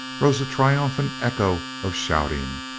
rose a triumphant echo of shouting.